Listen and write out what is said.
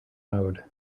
mode